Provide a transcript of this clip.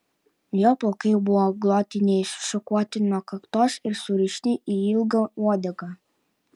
jo plaukai buvo glotniai sušukuoti nuo kaktos ir surišti į ilgą uodegą